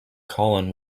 colin